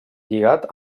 lligat